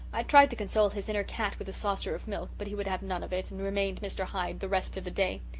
i tried to console his inner cat with a saucer of milk but he would have none of it, and remained mr. hyde the rest of the day.